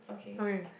okay